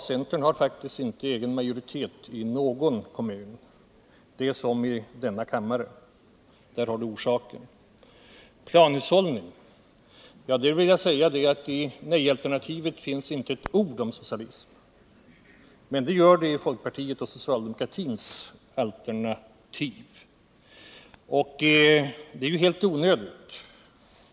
Men centern har faktiskt inte egen majoritet i någon kommun — det är som i denna kammare — och där har vi orsaken. När det gäller planhushållning vill jag säga att i nej-alternativet finns inte ett ord om socialism. Men det gör det i folkpartiets och socialdemokratins alternativ, och det är helt onödigt.